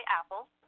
apples